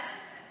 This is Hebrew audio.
אין יותר.